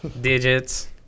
Digits